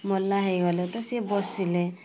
ମଲା ହେଇଗଲେ ତ ସିଏ ବସିଲେ